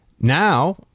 Now